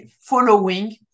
following